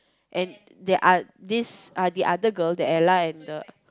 and the oth~ this the other girl the Ella and the